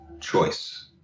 choice